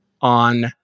on